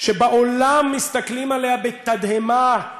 שבעולם מסתכלים עליה בתדהמה,